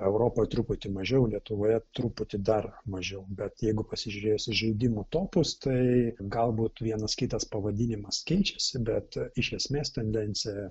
europoj truputį mažiau lietuvoje truputį dar mažiau bet jeigu pasižiūrėsi į žaidimų topus tai galbūt vienas kitas pavadinimas keičiasi bet iš esmės tendencija